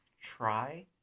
try